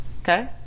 Okay